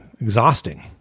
exhausting